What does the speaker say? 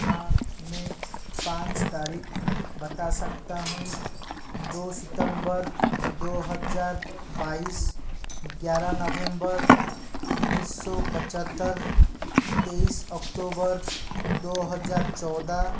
हाँ मैं पाँच तारीखें बता सकता हूँ दो सितम्बर दो हज़ार बाईस ग्यारह नवेम्बर उन्नीस सौ पचहत्तर तेईस ऑकतोबर दो हज़ार चौदह